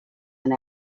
and